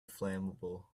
flammable